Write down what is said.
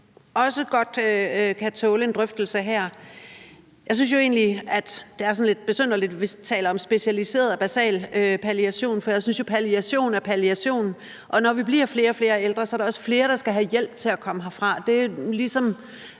Jeg synes jo egentlig, at det er lidt besynderligt, at vi taler om specialiseret basal palliation, for jeg synes, at palliation er palliation, og når vi bliver flere og flere ældre, er der også flere, der skal have hjælp til at komme herfra.